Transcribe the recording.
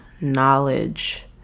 knowledge